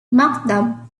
maktub